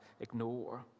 ignore